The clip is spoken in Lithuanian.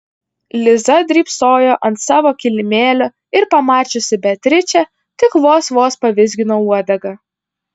liza drybsojo ant savo kilimėlio ir pamačiusi beatričę tik vos vos pavizgino uodegą